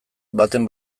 baten